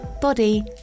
body